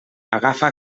agafa